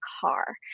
car